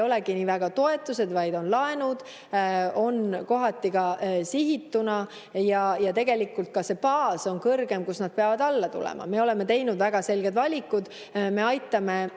olegi nii väga toetused, vaid on laenud, on kohati ka sihituna, ja tegelikult ka see baas on kõrgem, kust nad peavad alla tulema. Me oleme teinud väga selged valikud. Me aitame